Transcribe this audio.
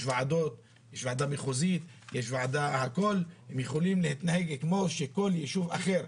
יש ועדה מחוזית והם יכולים להתנהג כמו כל יישוב אחר.